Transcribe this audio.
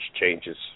changes